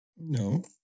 No